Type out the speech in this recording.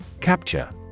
Capture